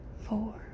four